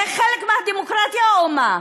זה חלק מהדמוקרטיה או מה?